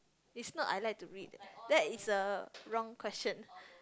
is not I like to read that is a wrong question